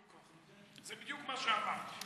זה בדיוק מה שאמרתי.